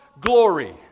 glory